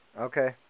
Okay